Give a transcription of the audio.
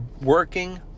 working